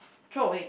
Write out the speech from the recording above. throw away